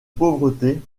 pauvreté